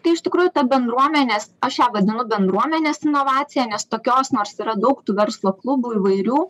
tai iš tikrųjų ta bendruomenės aš ją vadinu bendruomenės novacija nes tokios nors yra daug tų verslo klubų įvairių